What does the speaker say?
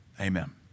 Amen